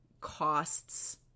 costs